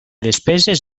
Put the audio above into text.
despeses